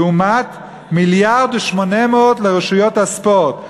לעומת 1.8 מיליארד לרשויות הספורט.